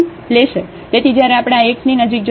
તેથી જ્યારે આપણે આ xની નજીક જઈશું